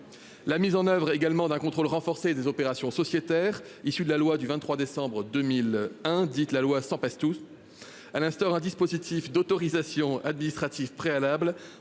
La mise en oeuvre également d'un contrôle renforcé des opérations sociétaire issu de la loi du 23 décembre 2001 dite la loi Sempastous. À instaure un dispositif d'autorisations administratives préalables